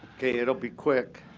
ok, it'll be quick.